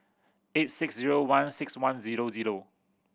eight six zero one six one zero zero